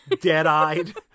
dead-eyed